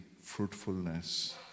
fruitfulness